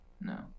No